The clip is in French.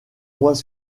mois